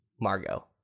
Margot